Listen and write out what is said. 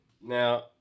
Now